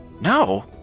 No